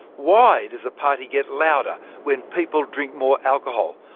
why does the party get louder when people drink more alcohol?